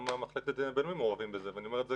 גם מחלקת בין-לאומי מעורבים בזה, ואני אומר את זה